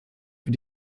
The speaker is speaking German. für